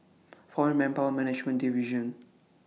Foreign Manpower Management Division